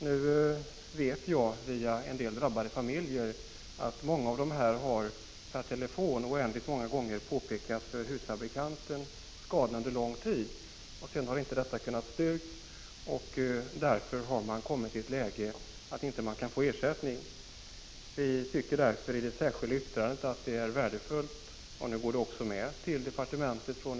Nu vet jag, via en del drabbade familjer, att många av dem per telefon oändligt många gånger under lång tid har påpekat skadorna för husfabrikanten. Sedan har inte detta kunnat styrkas och därför har man kommit i ett läge där man inte kunnat få ersättning. Vi tycker därför — och nu går vårt särskilda yttrande också med till departementet och kommer med i hanteringen — att — Prot.